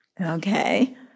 Okay